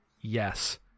Yes